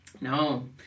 No